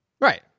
Right